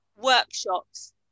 workshops